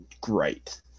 great